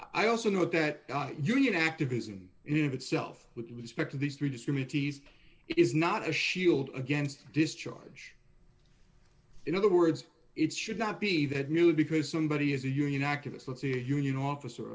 i also know that union activism in itself with respect to these redistribute tees is not a shield against discharge in other words it should not be that merely because somebody is a union activist let's say a union officer